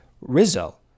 Rizzo